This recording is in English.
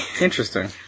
Interesting